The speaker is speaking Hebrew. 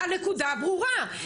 הנקודה ברורה.